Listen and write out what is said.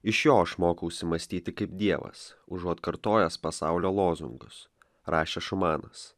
iš jo aš mokausi mąstyti kaip dievas užuot kartojęs pasaulio lozungus rašė šumanas